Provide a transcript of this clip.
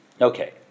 Okay